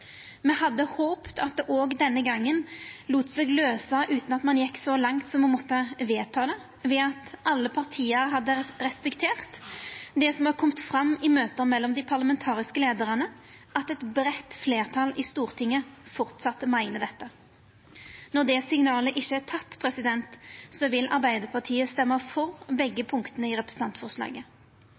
Me hadde håpt at det òg denne gongen lét seg løysa utan at ein gjekk så langt som å måtta vedta det, ved at alle partia hadde respektert det som har kome fram i møte mellom dei parlamentariske leiarane: at eit breitt fleirtal i Stortinget framleis meiner dette. Når det signalet ikkje er teke, vil Arbeidarpartiet stemma for begge punkta i representantforslaget.